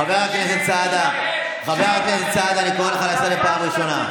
חבר הכנסת סעדה, אני קורא אותך לסדר פעם ראשונה.